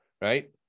right